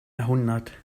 jahrhundert